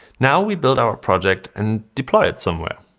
now we build our project and deploy it somewhere.